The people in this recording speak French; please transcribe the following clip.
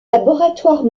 laboratoire